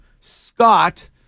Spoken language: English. Scott